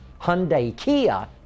Hyundai-Kia